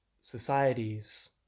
societies